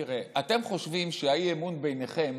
תראה, אתם חושבים שהאי-אמון ביניכם